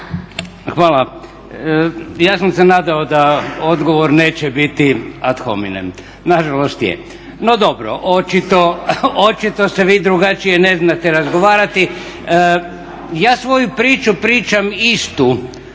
Hvala. Ja sam se nadao da odgovor neće biti ad hominem, nažalost je. NO dobro. Očito se vi drugačije ne znate razgovarati. Ja svoju priču pričam istu